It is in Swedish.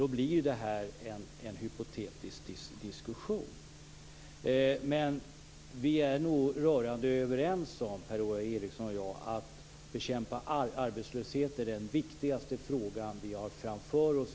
Då blir det här en hypotetisk diskussion. Per-Ola Eriksson och jag är nog rörande överens om att bekämpandet av arbetslösheten är den viktigaste frågan vi har framför oss.